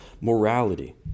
morality